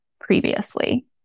previously